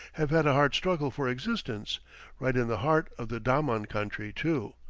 have had a hard struggle for existence right in the heart of the daman country, too.